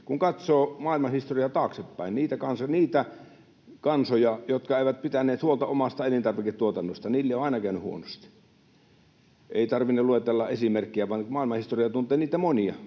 Kun katsoo maailmanhistoriaa taaksepäin ja niitä kansoja, jotka eivät pitäneet huolta omasta elintarviketuotannostaan, niille on aina käynyt huonosti. Ei tarvinne luetella esimerkkejä, vaan maailmanhistoria tuntee niitä monia.